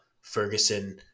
Ferguson